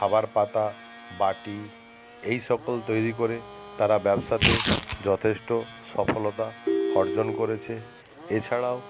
খাবার পাতা বাটি এই সকল তৈরি করে তারা ব্যবসাতে যথেষ্ট সফলতা অর্জন করেছে এছাড়াও